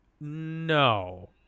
No